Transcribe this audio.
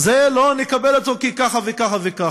את זה, לא נקבל אותו, כי ככה וככה וככה.